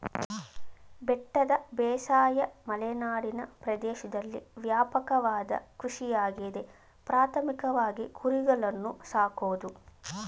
ಬೆಟ್ಟದ ಬೇಸಾಯ ಮಲೆನಾಡಿನ ಪ್ರದೇಶ್ದಲ್ಲಿ ವ್ಯಾಪಕವಾದ ಕೃಷಿಯಾಗಿದೆ ಪ್ರಾಥಮಿಕವಾಗಿ ಕುರಿಗಳನ್ನು ಸಾಕೋದು